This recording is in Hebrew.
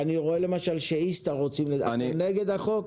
איסתא, אתם מתנגדים לחוק?